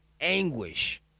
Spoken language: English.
anguish